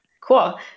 Cool